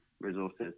resources